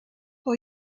for